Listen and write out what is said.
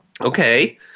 okay